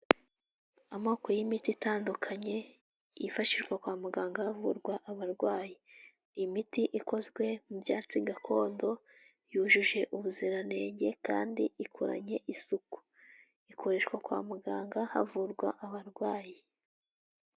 Amoko y'imiti itandukanye yifashishwa kwa muganga havurwa abarwayi, imiti ikozwe mu byatsi gakondo yujuje ubuziranenge kandi ikoranye isuku, ikoreshwa kwa muganga havurwa abarwayi.